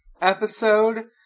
episode